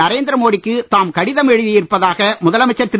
நரேந்திர மோடி க்கு தாம் கடிதம் எழுதியிருப்பதாக முதலமைச்சர் திரு